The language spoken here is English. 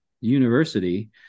university